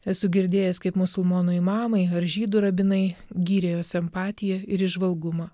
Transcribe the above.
esu girdėjęs kaip musulmonai mamai ar žydų rabinai gyrė jo empatiją ir įžvalgumą